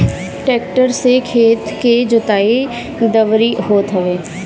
tractor से खेत के जोताई, दवरी होत हवे